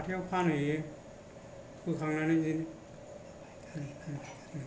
हाथायाव फानहैयो बोखांनानै बिदिनो